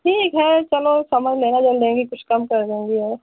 ठीक है चलो सामान ज़्यादा अगर लेंगे कुछ कम कर देंगे और